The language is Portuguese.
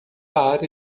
área